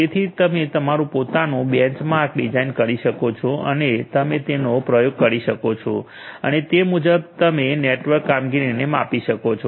તેથી તમે તમારું પોતાનું બેંચમાર્ક ડિઝાઇન કરી શકો છો અને તમે તેનો પ્રયોગ કરી શકો છો અને તે મુજબ તમે નેટવર્ક કામગીરીને માપી શકો છો